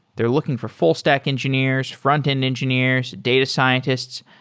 they're looking for full stack engineers, frontend engineers, data scientists.